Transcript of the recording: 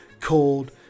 called